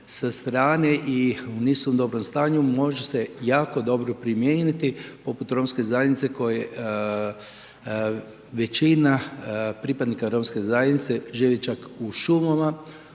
sa strane i nisu u dobrom stanju, može se jako dobro primijeniti, poput romske zajednice, koje većina pripadnika romske zajednice živi čak u šumama,